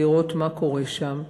לראות מה קורה שם,